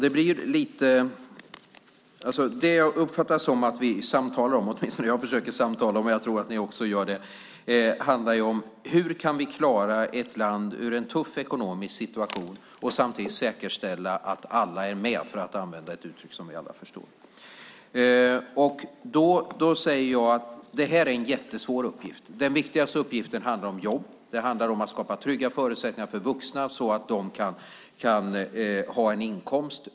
Fru talman! Det jag försöker samtala om - jag tror att ni också gör det - är hur vi kan klara ett land ur en tuff ekonomisk situation och samtidigt säkerställa att alla är med, för att använda ett uttryck som vi alla förstår. Det är en jättesvår uppgift. Den viktigaste uppgiften handlar om jobb. Det handlar om att skapa trygga förutsättningar för vuxna så att de kan ha en inkomst.